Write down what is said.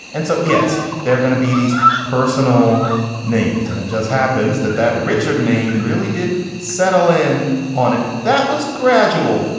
and so, yes, there are going to be these personal names and it just happens that that richard name really did settle in on it. that was gradual,